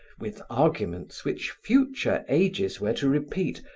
with arguments which future ages were to repeat,